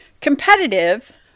competitive